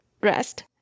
rest